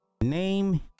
name